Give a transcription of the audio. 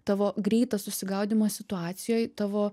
tavo greitas susigaudymas situacijoj tavo